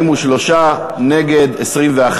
43, נגד, 21,